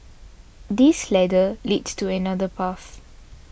this ladder leads to another path